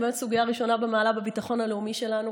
שהיא באמת סוגיה ראשונה במעלה בביטחון הלאומי שלנו.